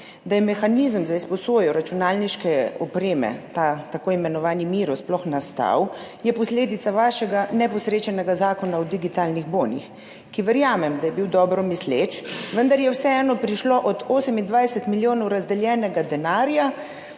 Da je mehanizem za izposojo računalniške opreme, ta tako imenovani mir(?) sploh nastal, je posledica vašega neposrečenega Zakona o digitalnih bonih, ki verjamem, da je bil dobro misleč, vendar je vseeno prišlo od 28 milijonov razdeljenega denarja,